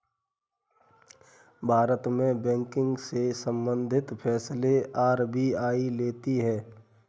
भारत में बैंकिंग से सम्बंधित फैसले आर.बी.आई लेती है